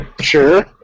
sure